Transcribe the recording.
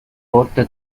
porto